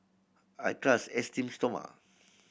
I trust Esteem Stoma